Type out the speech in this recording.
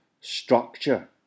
structure